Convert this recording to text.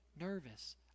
nervous